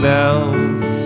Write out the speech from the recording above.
bells